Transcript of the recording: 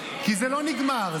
כי זה לא נגמר.